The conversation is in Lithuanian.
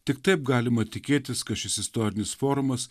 tik taip galima tikėtis kad šis istorinis forumas